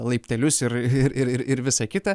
laiptelius ir ir ir ir visa kita